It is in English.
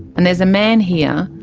and there's a man here,